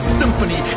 symphony